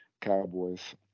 cowboys